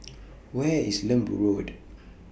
Where IS Lembu Road